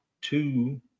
two